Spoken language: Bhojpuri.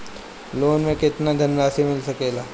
लोन मे केतना धनराशी मिल सकेला?